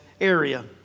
area